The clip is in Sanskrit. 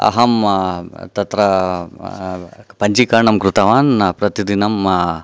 अहं तत्र पञ्जीकरणं कृतवान् प्रतिदिनं